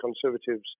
Conservatives